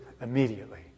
immediately